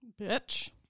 Bitch